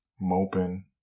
moping